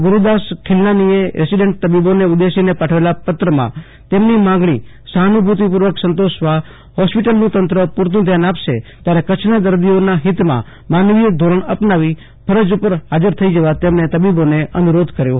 ગુરદાસ ખીલનાનીએ રેસીડેન્ટ તબીબોને ઉદ્દેશીને પાઠવેલા પત્રમાં તેમની માંગણી સહાનુ ભુતિપૂ ર્વક સંતોષવા હોસ્પિટલનું તંત્ર પુ રતું ધ્યાન આપશે ત્યારે કચ્છના દર્દીઓના હિતમાં માનવીય ધોરણ અપનાવી ફરજ ઉપર હાજર થઇ જવા અનુ રોધ કર્યો છે